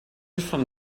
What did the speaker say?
from